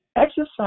Exercise